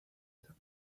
etapa